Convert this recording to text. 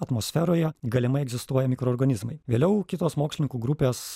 atmosferoje galimai egzistuoja mikroorganizmai vėliau kitos mokslininkų grupės